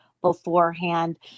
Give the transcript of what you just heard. beforehand